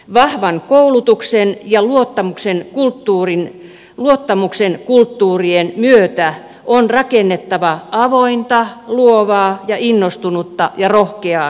vahvan koulutuksen ja luottamuksen kulttuurien myötä on rakennettava avointa luovaa ja innostunutta ja rohkeaa suomea